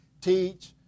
teach